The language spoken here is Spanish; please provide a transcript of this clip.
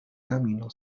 camino